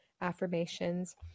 affirmations